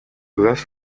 глаз